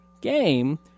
game